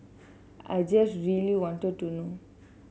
I just really wanted to know